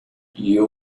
you